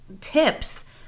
tips